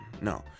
no